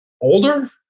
older